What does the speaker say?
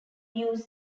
use